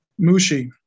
Mushi